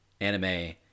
anime